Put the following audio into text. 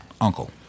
uncle